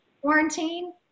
quarantine